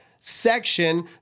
section